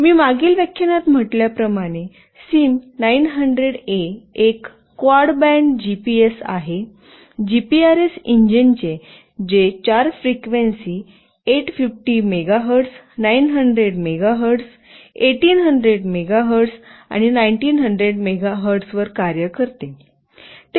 मी मागील व्याख्यानात म्हटल्याप्रमाणे सिम 900ए एक क्वाड बँड जीपीएस आहे जीपीआरएस इंजिन जे चार फ्रिक्वेन्सी 850 मेगाहर्ट्ज 900 मेगाहर्ट्ज 1800 मेगाहर्ट्ज आणि 1900 मेगाहर्ट्जवर कार्य करते